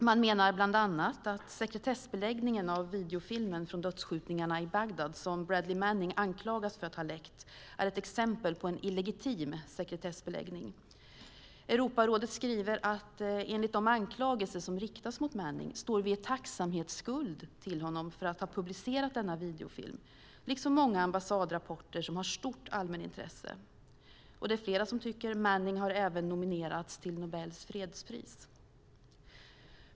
Man menar bland annat att sekretessbeläggningen av videofilmen från dödsskjutningarna i Bagdad, som Bradley Manning anklagas för att ha läckt, är ett exempel på en illegitim sekretessbeläggning. Europarådet skriver att enligt de anklagelser som riktas mot Manning står vi i tacksamhetsskuld till honom för att ha publicerat denna videofilm, liksom många ambassadrapporter som har stort allmänintresse. Manning har även nominerats till Nobels fredspris.